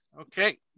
Okay